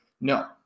No